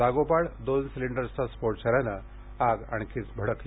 लागोपाठ दोन सिलेंडरचा स्फोट झाल्याने आग आणखीच भडकली